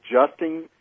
adjusting